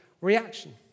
reaction